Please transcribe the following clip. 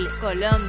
Colombia